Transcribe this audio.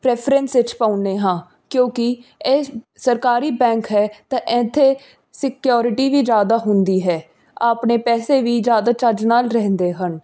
preference ਵਿੱਚ ਪਾਉਨੇ ਹਾਂ ਕਿਉਂਕੀ ਇਹ ਸਰਕਾਰੀ ਬੈਂਕ ਹੈ ਤਾਂ ਇੱਥੇ ਸਿਕਿਓਰਿਟੀ ਵੀ ਜ਼ਿਆਦਾ ਹੁੰਦੀ ਹੈ ਆਪਣੇ ਪੈਸੇ ਵੀ ਜ਼ਿਆਦਾ ਚੱਜ ਨਾਲ ਰਹਿੰਦੇ ਹਨ